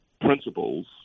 principles